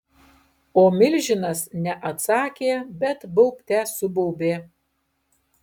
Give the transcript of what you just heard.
o milžinas ne atsakė bet baubte subaubė